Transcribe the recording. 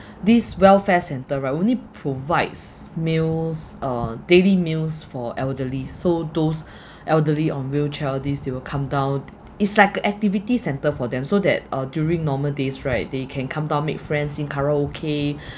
this welfare centre right only provides meals uh daily meals for elderlies so those elderly on wheelchair all these they will come down it's like a activity centre for them so that uh during normal days right they can come down make friends sing karaoke